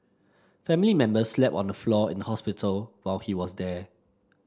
family members slept on the floor in the hospital while he was there